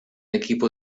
equipo